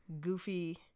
goofy